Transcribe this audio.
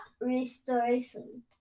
Restoration